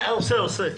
עושה, עושה.